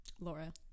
Laura